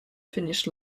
finish